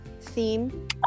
theme